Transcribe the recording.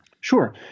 Sure